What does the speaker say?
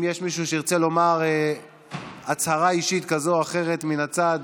אם יש מישהו שירצה לומר הצהרה אישית כזאת או אחרת מן הצד